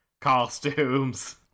costumes